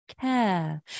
care